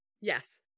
yes